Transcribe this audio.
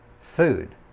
food